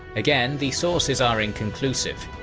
again, the sources are inconclusive.